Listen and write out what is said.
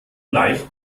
leicht